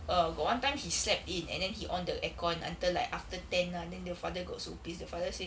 err got one time he slept in and then he on the aircon until like after ten lah then the father got so pissed the father said